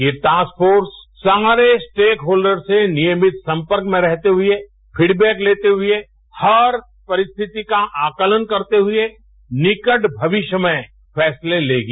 यह task force सारे stakeholders से नियमित संपर्क में रहते हुए फ्रीडबैक लेते हुए हर परिस्थिति का आंकलन करते हुए निकट भविष्य में फैसले लेगी